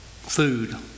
food